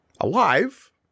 Alive